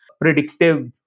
predictive